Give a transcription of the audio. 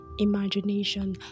imagination